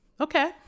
Okay